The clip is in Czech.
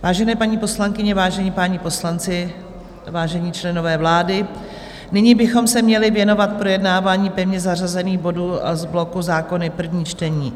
Vážené paní poslankyně, vážení páni poslanci, vážení členové vlády, nyní bychom se měli věnovat projednávání pevně zařazených bodů z bloku Zákony první čtení.